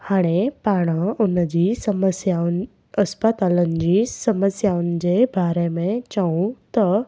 हाणे पाण उन जी समस्याउनि अस्पतालुनि जी समस्याउनि जे बारे में चयूं त